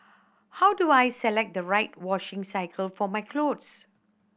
how do I select the right washing cycle for my cloth